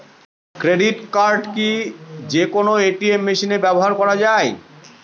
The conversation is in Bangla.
ক্রেডিট কার্ড কি যে কোনো এ.টি.এম মেশিনে ব্যবহার করা য়ায়?